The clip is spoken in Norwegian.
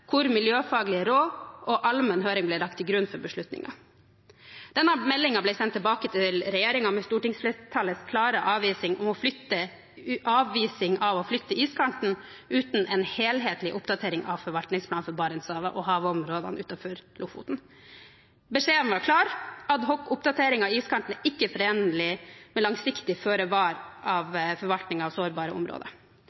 hvor miljøfaglige råd og allmenn høring ble lagt til grunn for beslutningen. Denne meldingen ble sendt tilbake til regjeringen med stortingsflertallets klare avvisning av å flytte iskanten uten en helhetlig oppdatering av forvaltningsplanen for Barentshavet og havområdene utenfor Lofoten. Beskjeden var klar: Adhocoppdatering av iskanten er ikke forenlig med langsiktig